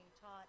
taught